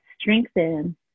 strengthen